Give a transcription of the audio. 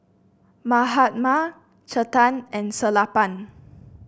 Mahatma Chetan and Sellapan